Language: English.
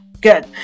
good